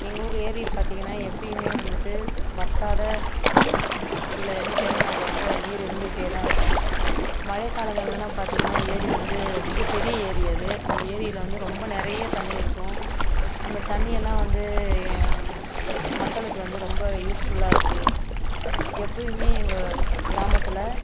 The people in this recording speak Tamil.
எங்கள் ஊர் ஏரி பார்த்திங்கன்னா எப்பயுமே வந்துட்டு வற்றாத ஃபுல் எனி டைம் அதில் வந்து நீர் இருந்துகிட்டேதான் இருக்கும் மழை காலங்கள்லலாம் பார்த்திங்கன்னா ஏரி வந்து மிகப்பெரிய ஏரி அது அந்த ஏரியில் வந்து ரொம்ப நிறைய தண்ணி இருக்கும் அந்த தண்ணி எல்லாம் வந்து மக்களுக்கு வந்து ரொம்ப யூஸ்ஃபுல்லாக இருக்குது எப்பயுமே எங்கள் கிராமத்தில்